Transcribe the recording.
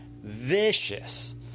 Vicious